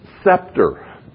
scepter